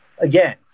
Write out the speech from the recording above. again